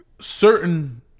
Certain